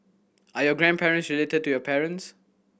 are your grandparents related to your parents